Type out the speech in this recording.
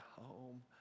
home